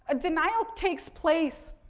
ah denial takes place